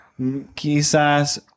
Quizás